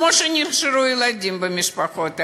כמו שנשארו הילדים במשפחות האלה,